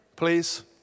please